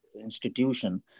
institution